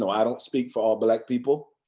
so i don't speak for all black people.